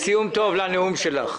נכון, זה סיום טוב לנאום שלך.